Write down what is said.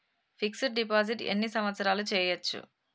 Fix డ్ deposit ఎన్ని సంవత్సరాలు చేయచ్చు?